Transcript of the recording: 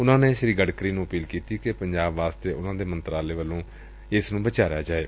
ਉਨੂਾਂ ਨੇ ਗਡਕਰੀ ਨੂੰ ਅਪੀਲ ਕੀਤੀ ਕਿ ਪੰਜਾਬ ਵਾਸਤੇ ਉਨੂਾਂ ਦੇ ਮੰਤਰਾਲੇ ਵੱਲੋ ਇਸ ਨੂੰ ਵਿਚਾਰਿਆ ਜਾਵੇ